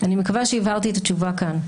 אני מקווה שהבהרתי את התשובה כאן.